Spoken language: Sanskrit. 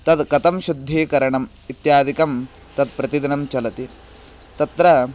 तद् कथं शुद्धीकरणम् इत्यादिकं तत् प्रतिदिनं चलति तत्र